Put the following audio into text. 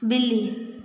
बि॒ली